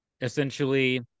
essentially